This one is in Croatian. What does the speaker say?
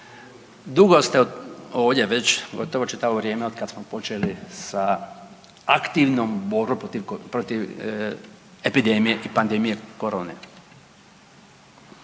dugo ste ovdje već gotovo čitavo vrijeme otkad smo počeli sa aktivnom borbom protiv epidemije i pandemije korone.